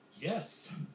Yes